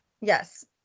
Yes